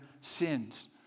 sins